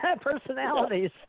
Personalities